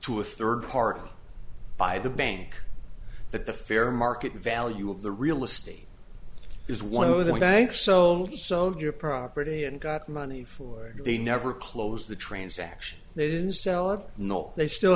to a third party by the bank that the fair market value of the real estate is one of the banks so some of your property and got money for you they never close the transaction they didn't sell it nor they still